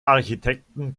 architekten